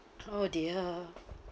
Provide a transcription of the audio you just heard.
oh dear